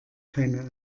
keine